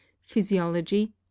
physiology